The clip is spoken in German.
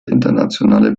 internationale